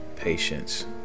Patience